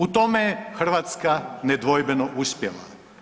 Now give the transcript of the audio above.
U tome je Hrvatska nedvojbeno uspjela.